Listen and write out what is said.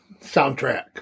soundtrack